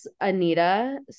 Anita